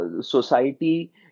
society